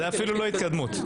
זו אפילו לא התקדמות.